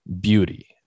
beauty